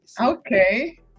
Okay